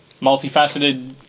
multifaceted